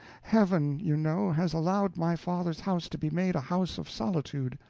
heaven, you know, has allowed my father's house to be made a house of solitude,